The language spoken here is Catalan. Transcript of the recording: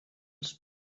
els